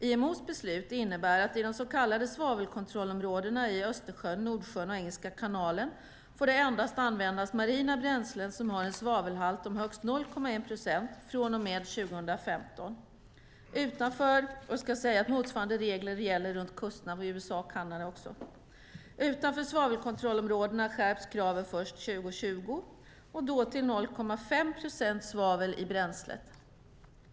IMO:s beslut innebär att det i de så kallade svavelkontrollområdena i Östersjön, Nordsjön och Engelska kanalen får användas endast marina bränslen som har en svavelhalt om högst 0,1 procent från och med 2015. Motsvarande regler gäller runt kusterna vid USA och Kanada. Utanför svavelkontrollområdena skärps kraven först 2020 och då till 0,5 procent svavel i bränslet.